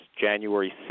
January